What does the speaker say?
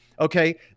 okay